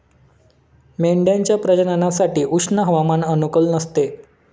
मेंढ्यांच्या प्रजननासाठी उष्ण हवामान अनुकूल नसते